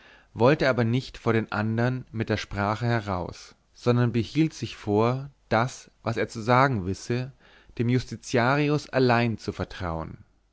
wollte aber nicht vor den andern mit der sprache heraus sondern behielt sich vor das was er davon zu sagen wisse dem justistiarius allein zu vertrauen